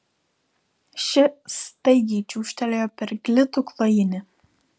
ši staigiai čiūžtelėjo per glitų klojinį